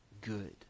good